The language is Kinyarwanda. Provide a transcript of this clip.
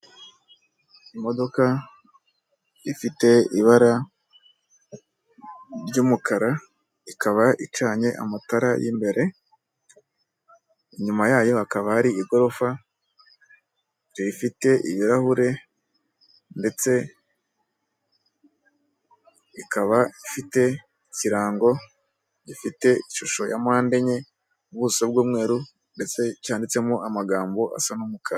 Imodoka ifite ibara ry'umukara, ikaba icanye amatara y'imbere, inyuma yayo hakaba hari igorofa rifite ibirahure ndetse ikaba ifite ikirango, gifite ishusho ya mpande enye, ubuso bw'umweru ndetse cyanditsemo amagambo asa n'umukara.